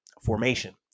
formation